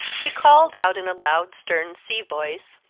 he called out, in a loud stem sea voice,